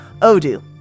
Odoo